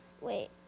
Wait